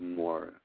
more